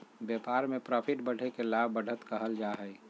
व्यापार में प्रॉफिट बढ़े के लाभ, बढ़त कहल जा हइ